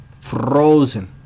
Frozen